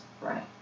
right